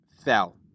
fell